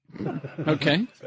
Okay